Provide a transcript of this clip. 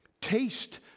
Taste